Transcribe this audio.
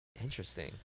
Interesting